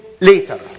later